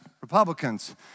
Republicans